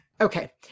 Okay